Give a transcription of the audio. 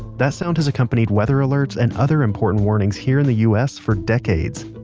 that sound has accompanied weather alerts and other important warnings here in the u s. for decades.